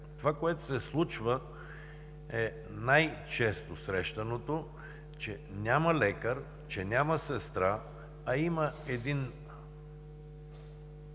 Това, което се случва, е най-често срещаното, че няма лекар, че няма сестра, а има един